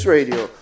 Radio